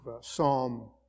Psalm